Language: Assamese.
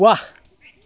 ৱাহ